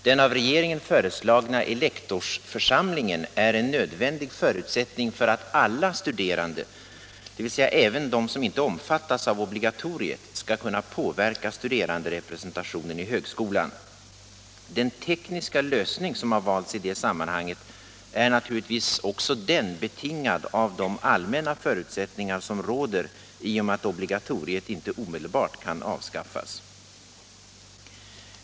Den av regeringen föreslagna elektorsförsamlingen är en nödvändig förutsättning för att alla studerande, dvs. även de som inte omfattas av obligatoriet, skall kunna påverka studeranderepresentationen i högskolan. Den tekniska lösning som har valts i detta sammanhang är naturligtvis också den betingad av de allmänna förutsättningar som råder i och med att obligatoriet inte omedelbart kan avskaffas.